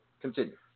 continue